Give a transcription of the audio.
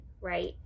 right